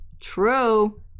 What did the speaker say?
True